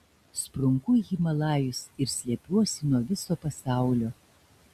sprunku į himalajus ir slepiuosi nuo viso pasaulio